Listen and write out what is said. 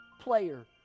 player